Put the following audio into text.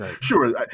sure